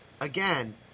again